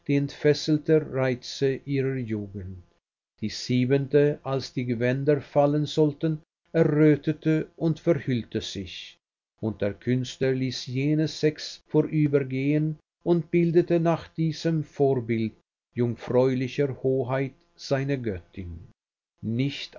entfesselten reize ihrer jugend die siebente als die gewänder fallen sollten errötete und verhüllte sich und der künstler ließ jene sechs vorübergehen und bildete nach diesem vorbild jungfräulicher hoheit seine göttin nicht